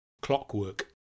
clockwork